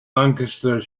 lancaster